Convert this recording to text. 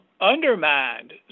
undermined